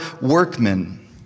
workmen